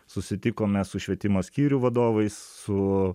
susitikome su švietimo skyrių vadovais su